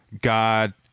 God